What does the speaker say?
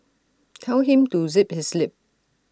tell him to zip his lip